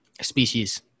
species